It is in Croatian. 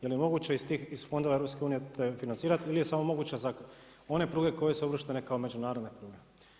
Jeli moguće iz fondova EU to financirati ili je samo moguće za one pruge koje su uvrštene kao međunarodne pruge?